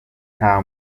nta